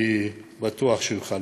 אני בטוח שהוא יוכל להתמודד.